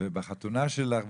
ושבחתונה שלך,